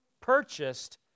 Purchased